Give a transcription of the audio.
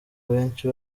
benshi